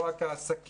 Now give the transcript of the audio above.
לא רק העסקים,